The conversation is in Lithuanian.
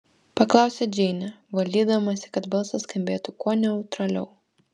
paklausė džeinė valdydamasi kad balsas skambėtų kuo neutraliau